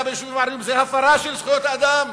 ביישובים הערביים זה הפרה של זכויות אדם.